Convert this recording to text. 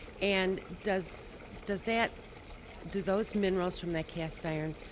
and does does that do those minerals from that cast iron,